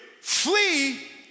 Flee